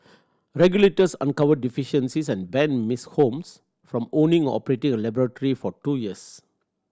regulators uncovered deficiencies and banned Miss Holmes from owning or operating a laboratory for two years